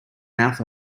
mouth